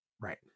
Right